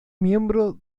miembro